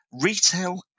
retail